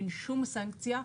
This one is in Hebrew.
אין שום סנקציה.